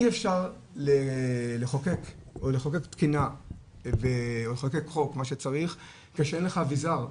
אי אפשר לחוקק תקינה או לחוקק חוק כשאין לך אביזר,